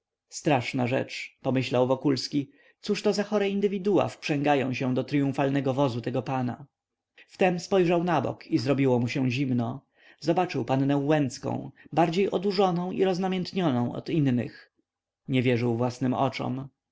straszna rzecz pomyślał wokulski cóżto za chore indywidua wprzęgąją się do tryumfalnego wozu tego pana wtem spojrzał nabok i zrobiło mu się zimno zobaczył pannę łęcką bardziej odurzoną i roznamiętnioną od innych nie wierzył własnym oczom